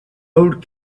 old